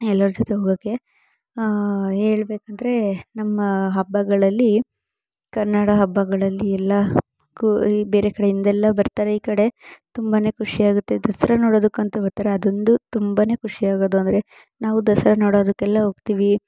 ಎಲ್ಲರ ಜೊತೆ ಹೋಗೋಕ್ಕೆ ಹೇಳ್ಬೇಕಂದ್ರೆ ನಮ್ಮ ಹಬ್ಬಗಳಲ್ಲಿ ಕನ್ನಡ ಹಬ್ಬಗಳಲ್ಲಿ ಎಲ್ಲ ಕು ಈ ಬೇರೆ ಕಡೆಯಿಂದೆಲ್ಲ ಬರ್ತಾರೆ ಈ ಕಡೆ ತುಂಬನೇ ಖುಷಿಯಾಗುತ್ತೆ ದಸರಾ ನೋಡೋದಕ್ಕಂತೂ ಬರ್ತಾರೆ ಅದೊಂದು ತುಂಬನೇ ಖುಷಿಯಾಗೋದು ಅಂದರೆ ನಾವು ದಸರಾ ನೋಡೋದಕ್ಕೆಲ್ಲ ಹೋಗ್ತೀವಿ